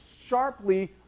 sharply